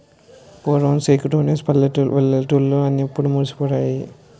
పూర్వం సేకు తోని వలలల్లెటూళ్లు అవిప్పుడు మాసిపోనాయి